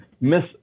miss